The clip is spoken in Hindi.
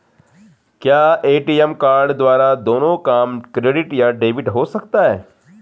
क्या ए.टी.एम कार्ड द्वारा दोनों काम क्रेडिट या डेबिट हो सकता है?